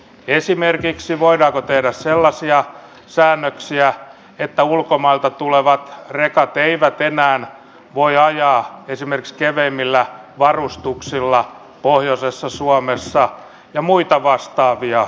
esimerkiksi voidaanko tehdä sellaisia säännöksiä että ulkomailta tulevat rekat eivät enää voi ajaa esimerkiksi keveämmillä varustuksilla pohjoisessa suomessa ja muita vastaavia asioita